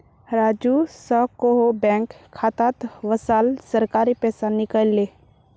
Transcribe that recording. राजू स कोहो बैंक खातात वसाल सरकारी पैसा निकलई ले